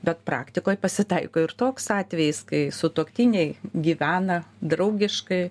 bet praktikoj pasitaiko ir toks atvejis kai sutuoktiniai gyvena draugiškai